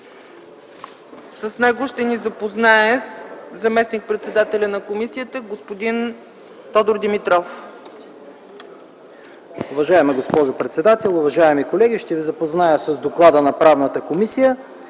въпроси ще ни запознае заместник-председателят на комисията господин Тодор Димитров.